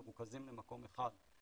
הם מרוכזים במקום אחד.